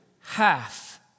half